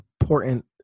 important